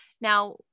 Now